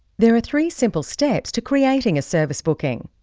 there are three simple steps to creating a service booking.